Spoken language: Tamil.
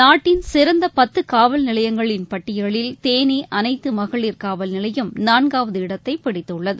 நாட்டின் சிறந்தபத்துகாவல்நிலையங்களின் பட்டியலில் தேனிஅனைத்துமகளிர் காவல்நிலையம் நான்காவது இடத்தைபிடித்துள்ளது